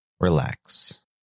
Relax